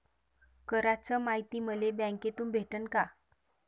कराच मायती मले बँकेतून भेटन का?